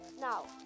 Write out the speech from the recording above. now